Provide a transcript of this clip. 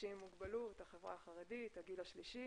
אנשים עם מוגבלות, החברה החרדית, הגיל השלישי.